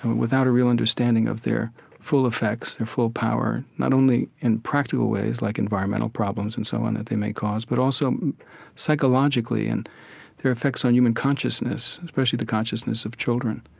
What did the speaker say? without a real understanding of their full effects, their full power, not only in practical ways like environmental problems and so on that they may cause, but also psychologically in their effects on human consciousness, especially the consciousness of children